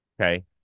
Okay